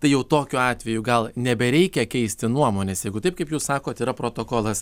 tai jau tokiu atveju gal nebereikia keisti nuomonės jeigu taip kaip jūs sakot yra protokolas